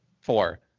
Four